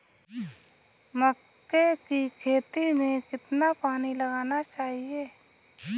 मक्के की खेती में कितना पानी लगाना चाहिए?